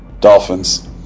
Dolphins